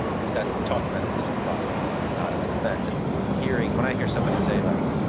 it's that talking about this as a process and not as an event, and hearing when i hear somebody say like,